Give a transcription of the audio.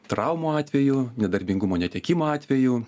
traumų atveju nedarbingumo netekimo atveju